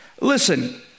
Listen